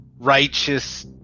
righteous